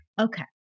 Okay